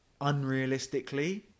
unrealistically